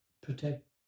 protect